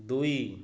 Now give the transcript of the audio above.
ଦୁଇ